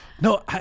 no